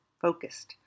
focused